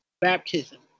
baptism